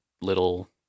little